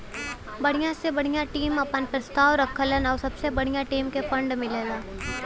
बढ़िया से बढ़िया टीम आपन प्रस्ताव रखलन आउर सबसे बढ़िया टीम के फ़ंड मिलला